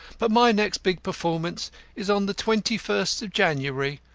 but my next big performance is on the twenty-first of january,